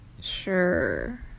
Sure